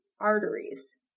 arteries